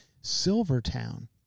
silvertown